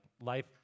life